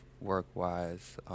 work-wise